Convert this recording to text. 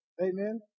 Amen